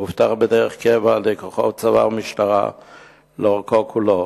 הוא אובטח דרך קבע על-ידי כוחות צבא ומשטרה לאורכו כולו,